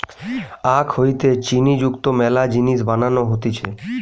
আখ হইতে চিনি যুক্ত মেলা জিনিস বানানো হতিছে